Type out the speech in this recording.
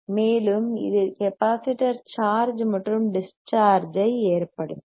மேலும் இது capacitor charge மற்றும் டிஸ் சார்ஜ் ஐ ஏற்படுத்தும்